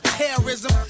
terrorism